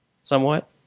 somewhat